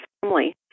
family